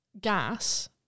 gas